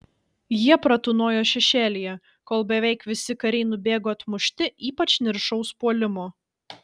jie pratūnojo šešėlyje kol beveik visi kariai nubėgo atmušti ypač niršaus puolimo